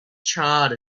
charred